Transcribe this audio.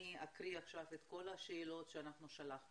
אני אקריא עכשיו את כל השאלות ששלחנו